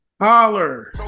Holler